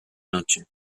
noche